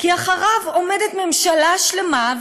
כי מאחוריו עומדת ממשלה אחת שלמה,